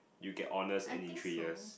you get honours and in three years